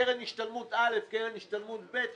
קרן השתלמות א' וקרן השתלמות ב',